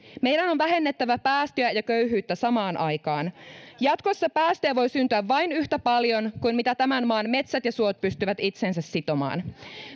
meidän on vähennettävä päästöjä ja köyhyyttä samaan aikaan jatkossa päästöjä voi syntyä vain yhtä paljon kuin mitä tämän maan metsät ja suot pystyvät itseensä sitomaan